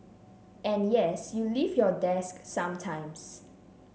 and yes you leave your desk sometimes